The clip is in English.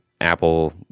Apple